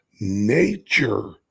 Nature